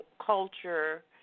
culture